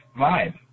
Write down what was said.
vibe